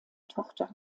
tochter